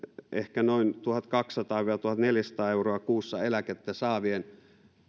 ehkä noin tuhatkaksisataa viiva tuhatneljäsataa euroa kuussa eläkettä saavien